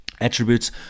attributes